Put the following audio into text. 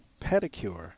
pedicure